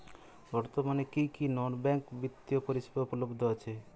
বর্তমানে কী কী নন ব্যাঙ্ক বিত্তীয় পরিষেবা উপলব্ধ আছে?